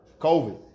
COVID